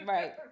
Right